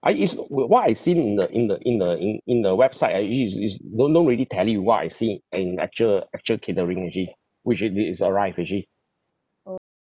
I is w~ what I seen in the in the in the in in the website actually is is don't don't really tally with what I see in actual actual catering actually which should be is arrive actually